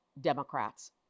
Democrats